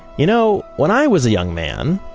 you know, when i was a young man,